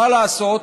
מה לעשות,